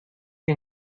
que